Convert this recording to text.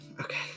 Okay